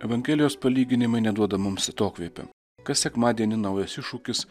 evangelijos palyginimai neduoda mums atokvėpio kas sekmadienį naujas iššūkis